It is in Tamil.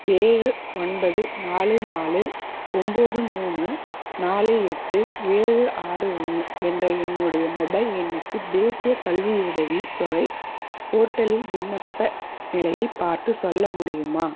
ஏழு ஒன்பது நாலு நாலு ஒம்பது மூணு நாலு எட்டு ஏழு ஆறு ஒன்று என்ற என்னுடைய மொபைல் எண்ணுக்கு தேசியக் கல்வியுதவி தொகை போர்ட்டலில் விண்ணப்ப நிலையை பார்த்து சொல்ல முடியுமா